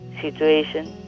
situation